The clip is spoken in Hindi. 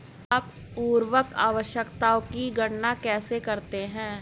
आप उर्वरक आवश्यकताओं की गणना कैसे करते हैं?